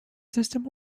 system